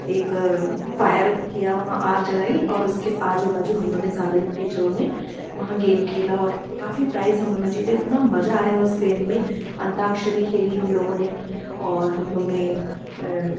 एक फायर किया वहाँ आग जलाई और उसके आजू बाजू हम लोगों ने सारे टीचरों ने वहाँ गेम खेला और काफ़ी प्राइस हम जीते इतना मजा आया उस गेम में अंताक्षरी खेली हम लोगों ने और हम लोगों ने